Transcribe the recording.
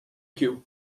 queue